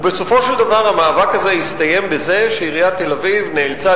ובסופו של דבר המאבק הזה הסתיים בזה שעיריית תל-אביב נאלצה